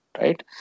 right